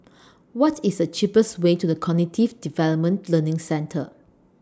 What IS The cheapest Way to The Cognitive Development Learning Centre